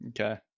okay